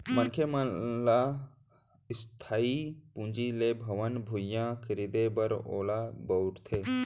मनखे मन ह इस्थाई पूंजी ले भवन, भुइयाँ खरीदें बर ओला बउरथे